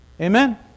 Amen